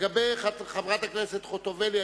לגבי חברת הכנסת חוטובלי,